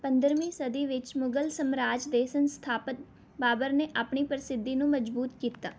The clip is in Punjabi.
ਪੰਦਰਵੀਂ ਸਦੀ ਵਿੱਚ ਮੁਗਲ ਸਾਮਰਾਜ ਦੇ ਸੰਸਥਾਪਕ ਬਾਬਰ ਨੇ ਆਪਣੀ ਪ੍ਰਸਿੱਧੀ ਨੂੰ ਮਜ਼ਬੂਤ ਕੀਤਾ